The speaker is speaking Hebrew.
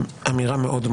אמירה מאוד,